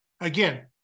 again